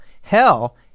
Hell